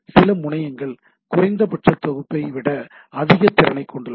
சில முனையங்கள் குறைந்தபட்ச தொகுப்பை விட அதிக திறனைக் கொண்டுள்ளன